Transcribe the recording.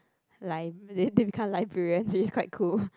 like they they become Librarian it's quite cool